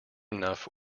enough